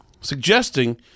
suggesting